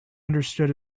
understood